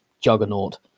juggernaut